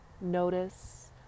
Notice